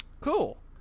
cool